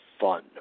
fun